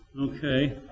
Okay